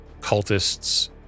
Cultists